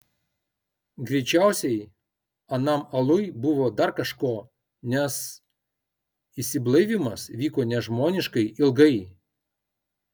greičiausiai anam aluj buvo dar kažko nes išsiblaivymas vyko nežmoniškai ilgai